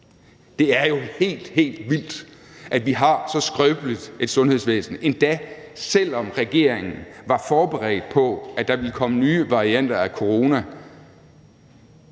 Det er jo helt, helt vildt, at vi har så skrøbeligt et sundhedsvæsen, endda selv om regeringen var forberedt på, at der ville komme nye varianter af corona.